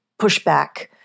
pushback